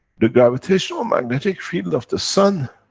the gravitational-magnetic field of the sun,